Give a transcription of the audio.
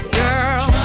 girl